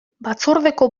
batzordeko